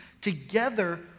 together